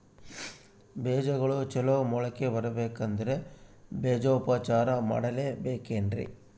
ಬೇಜಗಳು ಚಲೋ ಮೊಳಕೆ ಬರಬೇಕಂದ್ರೆ ಬೇಜೋಪಚಾರ ಮಾಡಲೆಬೇಕೆನ್ರಿ?